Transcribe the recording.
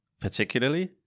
particularly